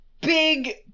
big